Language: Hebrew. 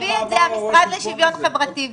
הביא את זה המשרד לשוויון חברתי,